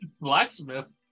blacksmith